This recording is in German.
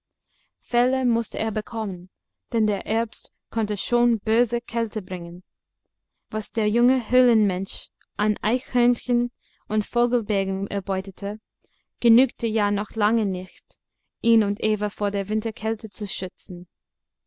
felle mußte er bekommen denn der herbst konnte schon böse kälte bringen was der junge höhlenmensch an eichhörnchen und vogelbälgen erbeutete genügte ja noch lange nicht ihn und eva vor der winterkälte zu schützen